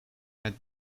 had